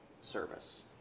service